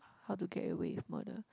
How to Get Away with Murder